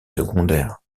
secondaire